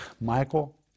Michael